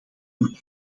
een